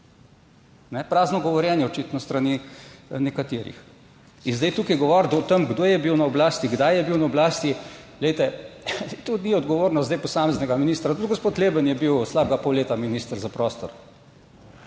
Prazno govorjenje očitno s strani nekaterih, in zdaj tukaj govoriti o tem, kdo je bil na oblasti, kdaj je bil na oblasti, glejte, to ni odgovornost zdaj posameznega ministra. Tudi gospod Leben je bil v slabega pol leta minister za prostor.